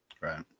Right